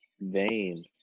Vain